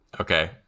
Okay